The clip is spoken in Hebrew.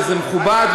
וזה מכובד,